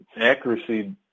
accuracy